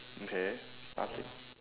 okay starting